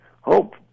hope